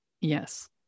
yes